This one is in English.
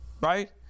right